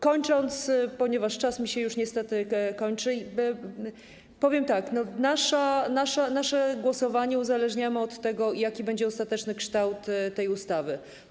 Kończąc, ponieważ czas mi się już niestety kończy, powiem tak: nasze głosowanie uzależniamy od tego, jaki będzie ostateczny kształt tej ustawy.